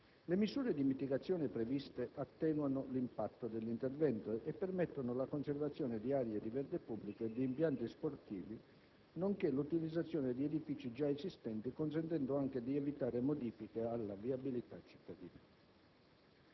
Le misure di mitigazione previste attenuano l'impatto dell'intervento e permettono la conservazione di aree di verde pubblico e di impianti sportivi, nonché l'utilizzazione di edifici già esistenti, consentendo anche di evitare modifiche alla viabilità cittadina.